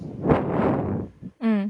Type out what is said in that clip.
mm